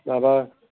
माबा